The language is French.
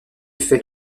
fait